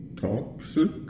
toxic